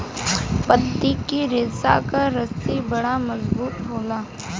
पत्ती के रेशा क रस्सी बड़ा मजबूत होला